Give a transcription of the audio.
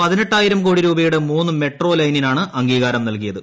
പതിനെട്ടായിരം കോടി രൂപയുടെ മൂന്ന് പുതിയ മെട്രോ ലൈനിനാണ് അംഗീകാരം നൽകിയത്